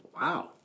Wow